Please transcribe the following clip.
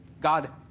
God